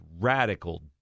radical